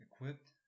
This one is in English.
equipped